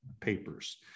Papers